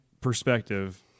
perspective